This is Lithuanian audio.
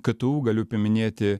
ktu galiu piminėti